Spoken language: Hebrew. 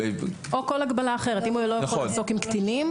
או כל הגבלה אחרת אם הוא לא יכול לעסוק עם קטינים,